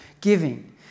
giving